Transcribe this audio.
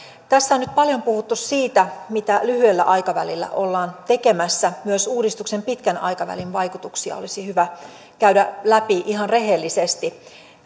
tässä on nyt paljon puhuttu siitä mitä lyhyellä aikavälillä ollaan tekemässä myös uudistuksen pitkän aikavälin vaikutuksia olisi hyvä käydä läpi ihan rehellisesti